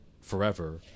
forever